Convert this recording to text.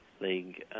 League